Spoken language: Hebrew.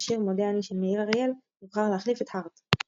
השיר "מודה אני" של מאיר אריאל נבחר להחליף את "Hurt".